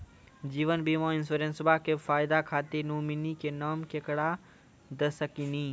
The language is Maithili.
जीवन बीमा इंश्योरेंसबा के फायदा खातिर नोमिनी के नाम केकरा दे सकिनी?